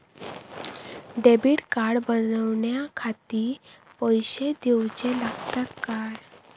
Debit card बनवण्याखाती पैसे दिऊचे लागतात काय?